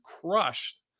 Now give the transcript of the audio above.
crushed